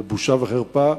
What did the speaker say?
זו בושה וחרפה,